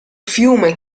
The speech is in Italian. fiume